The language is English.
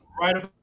Right